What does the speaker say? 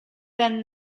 then